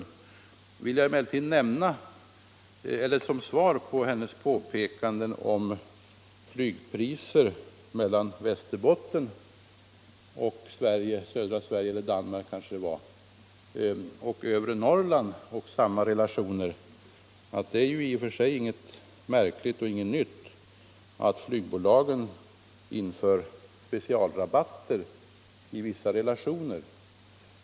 Jag vill emellertid, som svar på hennes påpekande om flygpriser mellan Västerbotten, södra Sverige och Danmark, liksom övre Norrland, framhålla att det ju i och för sig inte är någonting märkligt och nytt att flygbolagen inför specialrabatter i vissa relationer.